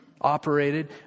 operated